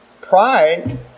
pride